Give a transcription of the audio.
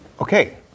Okay